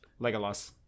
Legolas